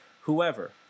whoever